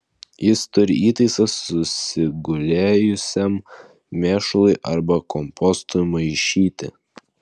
jis turi įtaisą susigulėjusiam mėšlui arba kompostui maišyti